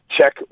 check